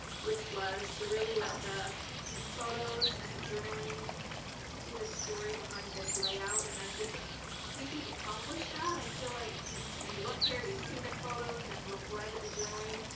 which was to really let the photos and the journaling be the story behind this layout. and i think i think we've accomplished that. i feel like when you look here, you see the photos, and look right at the journaling,